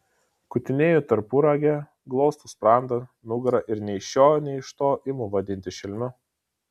kutinėju tarpuragę glostau sprandą nugarą ir nei iš šio nei iš to imu vadinti šelmiu